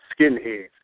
Skinheads